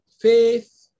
Faith